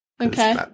Okay